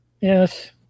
yes